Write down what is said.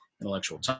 Intellectual